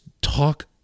talk